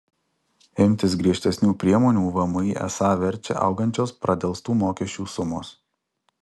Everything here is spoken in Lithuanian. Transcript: imtis griežtesnių priemonių vmi esą verčia augančios pradelstų mokesčių sumos